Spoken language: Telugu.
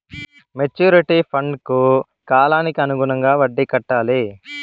మెచ్యూరిటీ ఫండ్కు కాలానికి అనుగుణంగా వడ్డీ కట్టాలి